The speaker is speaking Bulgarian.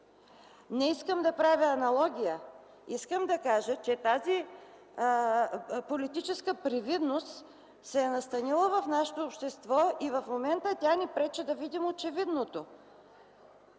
Не искам да правя аналогия, искам да кажа, че тази политическа привидност се е настанила в нашето общество и в момента тя ни пречи да видим очевидното.